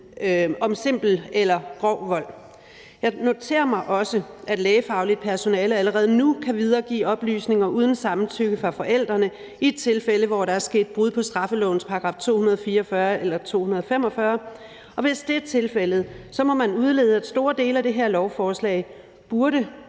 om simpel eller grov vold. Jeg noterer mig også, at lægefagligt personale allerede nu kan videregive oplysninger uden samtykke fra forældrene i tilfælde, hvor der er sket brud på straffelovens § 244 eller 245. Hvis det er tilfældet, må man udlede, at store dele af det her lovforslag burde